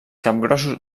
capgrossos